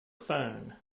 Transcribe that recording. phone